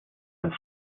and